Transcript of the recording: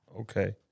okay